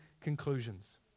conclusions